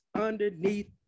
underneath